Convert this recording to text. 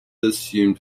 assumed